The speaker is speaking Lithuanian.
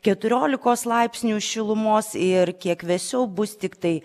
keturiolikos laipsnių šilumos ir kiek vėsiau bus tiktai